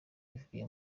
ivuye